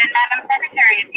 secretary?